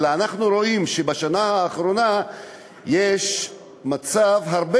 אלא אנחנו רואים שבשנה האחרונה יש מצב הרבה